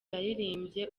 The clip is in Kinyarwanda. yaririmbye